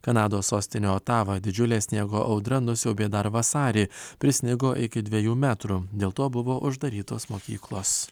kanados sostinę otavą didžiulė sniego audra nusiaubė dar vasarį prisnigo iki dviejų metrų dėl to buvo uždarytos mokyklos